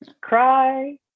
Cry